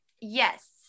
Yes